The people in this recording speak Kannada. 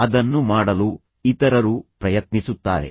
ಅದನ್ನು ಮಾಡಲು ಇತರರು ಪ್ರಯತ್ನಿಸುತ್ತಾರೆ